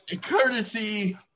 Courtesy